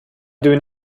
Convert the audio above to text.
doing